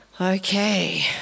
Okay